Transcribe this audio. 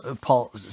Paul